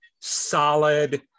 solid